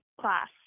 class